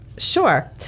Sure